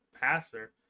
passer